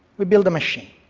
we build a machine.